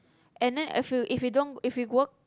and then I feel if you don't if you work